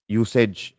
usage